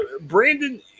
Brandon